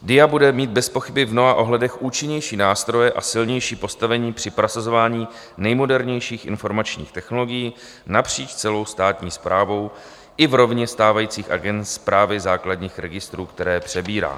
DIA bude mít bezpochyby v mnoha ohledech účinnější nástroje a silnější postavení při prosazování nejmodernějších informačních technologií napříč celou státní správou i v rovině stávajících agend Správy základních registrů, které přebírá.